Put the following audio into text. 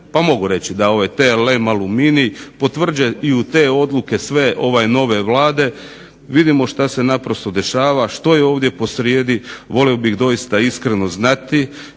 pa mogu reći da ove TLM Aluminij potvrđuje i u te odluke sve nove Vlade. Vidimo što se naprosto dešava, što je ovdje posrijedi. Volio bih doista iskreno znati